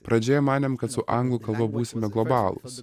pradžioje manėm kad su anglų kalba būsime globalūs